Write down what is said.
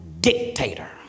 dictator